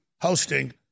hosting